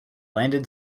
landed